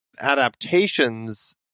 adaptations